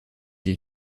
des